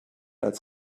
als